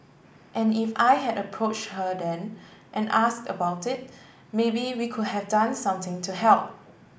and if I had approached her then and asked about it maybe we could have done something to help